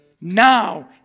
Now